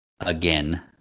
again